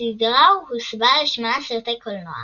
הסדרה הוסבה לשמונה סרטי קולנוע,